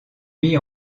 mis